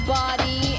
body